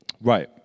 Right